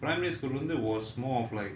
primary school வந்து:vanthu was more of like